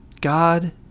God